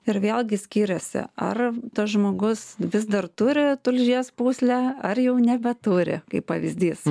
ir vėlgi skiriasi ar tas žmogus vis dar turi tulžies pūslę ar jau nebeturi kaip pavyzdys